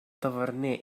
taverner